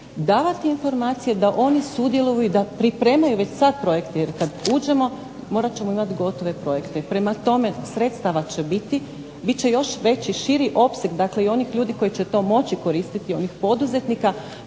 davati informacije da oni sudjeluju da pripremaju već sada projekte, jer kada uđemo morati ćemo imati gotove projekte. Prema tome, sredstava će biti, biti će još veći opseg, onih ljudi koji će to moći koristiti, onih poduzetnika